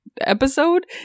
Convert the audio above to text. episode